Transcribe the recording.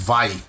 Vai